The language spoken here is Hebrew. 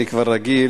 אני כבר רגיל,